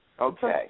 Okay